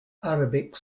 arabic